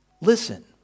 listen